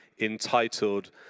entitled